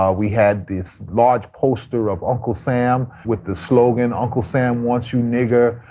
ah we had this large poster of uncle sam with the slogan, uncle sam wants you nigger,